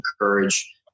encourage